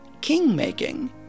king-making